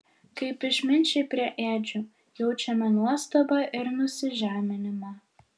kaip išminčiai prie ėdžių jaučiame nuostabą ir nusižeminimą